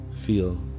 feel